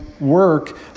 work